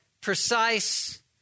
precise